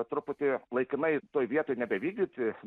truputį laikinai toj vietoj nebevykdyti